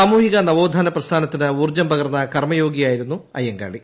സാമൂഹിക നവോത്ഥാന പ്രസ്ഥാനത്തിന് ഊർജ്ജം പകർന്ന കർമ്മയോഗി യായിരുന്നു അയ്യങ്കാളി